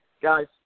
Guys